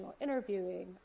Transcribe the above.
interviewing